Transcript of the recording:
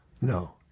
no